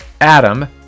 Adam